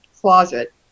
closet